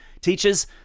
Teachers